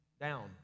down